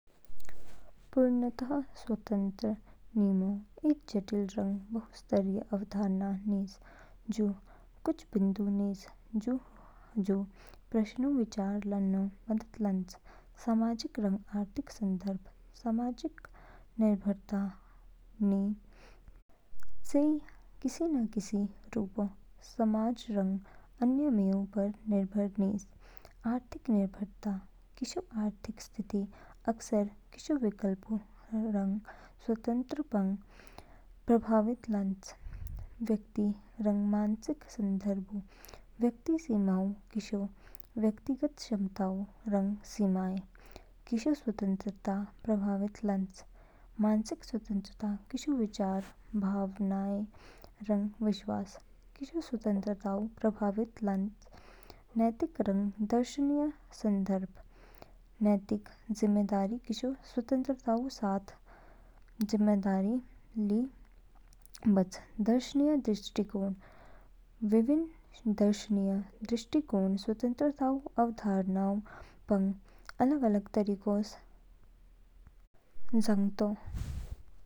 पूर्णतः स्वतंत्र निमो इद जटिलि रंग बहुस्तरीय अवधारणा निज। जू कुछ बिंदु निज जू हजु प्रश्नऊ विचार लानो मदद लान्च। सामाजिक रंग आर्थिक संदर्भ। सामाजिक निर्भरता नी चेई किसी न किसी रूपो समाज रंग अन्य मिऊ पर निर्भर निज। आर्थिक निर्भरता किशो आर्थिक स्थिति अक्सर किशो विकल्पों रंग स्वतंत्रता पंग प्रभावित लान्च। व्यक्तिगत रंग मानसिक संदर्भऊ। व्यक्तिगत सीमाएँ किशो व्यक्तिगत क्षमताएँ रंग सीमाएँ किशो स्वतंत्रताऊ प्रभावित लान्च। मानसिक स्वतंत्रता किशो विचार, भावनाएँ रंग विश्वास किशो स्वतंत्रताऊ प्रभावित लान्च। नैतिक रंग दर्शनशास्त्रीय संदर्भऊ। नैतिक जिम्मेदारी किशो स्वतंत्रताऊ साथ नैतिक जिम्मेदारी ली बच। दर्शनशास्त्रीय दृष्टिकोण विभिन्न दर्शनशास्त्रीय दृष्टिकोण स्वतंत्रताऊ अवधारणा पंग अलग-अलग तरीकोंस जागतो।